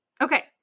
Okay